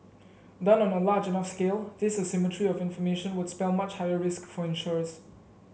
done on a large enough scale this asymmetry of information would spell much higher risk for insurers